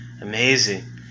Amazing